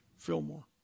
Fillmore